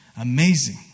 amazing